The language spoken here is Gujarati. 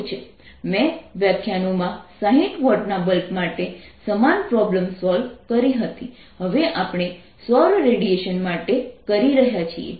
મેં વ્યાખ્યાનોમાં 60 વોટના બલ્બ માટે સમાન પ્રોબ્લેમ સોલ્વ કરી હતી હવે આપણે સૌર રેડિયેશન માટે કહી રહ્યા છીએ